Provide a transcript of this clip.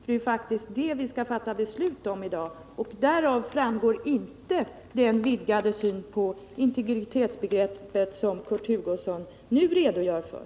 Det är faktiskt det betänkandet vi skall fatta beslut om i dag — och där framgår inte den vidgade syn på integritetsbegreppet som Kurt Hugosson nu redogör för.